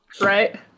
Right